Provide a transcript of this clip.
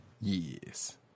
Yes